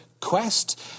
quest